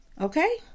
Okay